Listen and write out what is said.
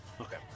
Okay